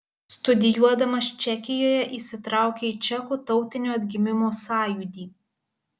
studijuodamas čekijoje įsitraukė į čekų tautinio atgimimo sąjūdį